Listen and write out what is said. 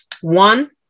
One